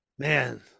Man